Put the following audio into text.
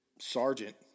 sergeant